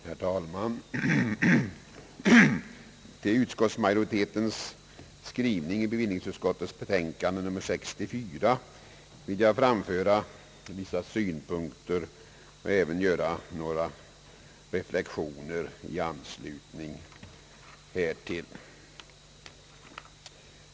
Herr talman! Till utskottsmajoritetens skrivning i bevillningsutskottets betänkande nr 64 vill jag anföra vissa synpunkter, och jag vill även göra några reflexioner i anslutning härtill.